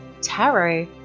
tarot